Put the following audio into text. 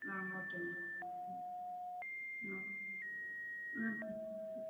ஆ okay ma'am ம் ஆ ஆ ம்